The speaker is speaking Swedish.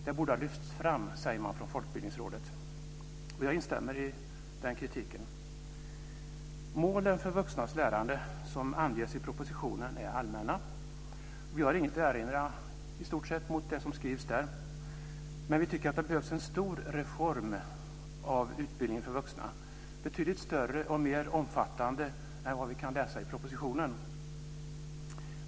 Det borde ha lyfts fram, säger man från Folkbildningsrådet. Jag instämmer i den kritiken. De mål för vuxnas lärande som anges i propositionen är allmänna. Vi har i stort sett inget att erinra mot det som skrivs där, men vi tycker att det behövs en stor reform av utbildningen för vuxna, betydligt större och mer omfattande än vad vi kan läsa om i propositionen.